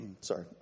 Sorry